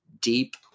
deep